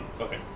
Okay